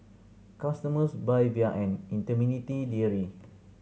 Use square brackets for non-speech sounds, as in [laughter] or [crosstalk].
customers buy via an [unintelligible]